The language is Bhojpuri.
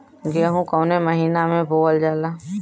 गेहूँ कवने महीना में बोवल जाला?